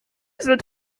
sind